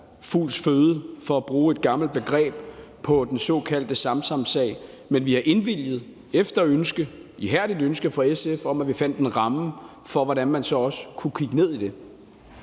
fugls føde – for at bruge et gammelt begreb – på den såkaldte Samsamsag, men vi har efter et ihærdigt udtrykt ønske fra SF om, at vi fandt en ramme for, hvordan man så også kunne kigge ned i det,